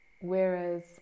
Whereas